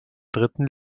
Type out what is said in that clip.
dritten